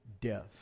death